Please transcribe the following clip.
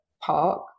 Park